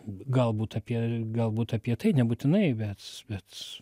galbūt apie galbūt apie tai nebūtinai bet bet